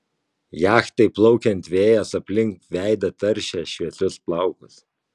jachtai plaukiant vėjas aplink veidą taršė šviesius plaukus